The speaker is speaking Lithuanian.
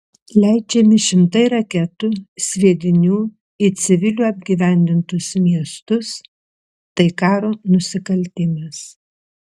leidžiami šimtai reketų sviedinių į civilių apgyvendintus miestus tai karo nusikaltimas